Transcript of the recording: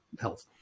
health